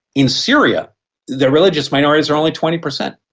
in syria the religious minorities are only twenty percent,